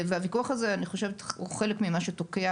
אני חושבת שהוויכוח הזה הוא חלק ממה שתוקע